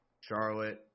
Charlotte